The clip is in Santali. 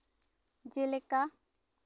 ᱡᱮᱞᱮᱠᱟ